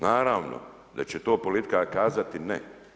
Naravno da će to politika kazati ne.